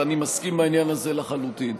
ואני מסכים בעניין הזה לחלוטין.